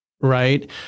right